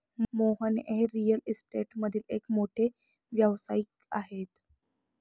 मोहन हे रिअल इस्टेटमधील एक मोठे व्यावसायिक आहेत